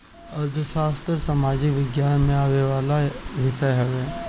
अर्थशास्त्र सामाजिक विज्ञान में आवेवाला विषय हवे